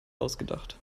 ausgedacht